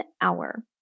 hour